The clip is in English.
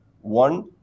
One